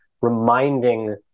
reminding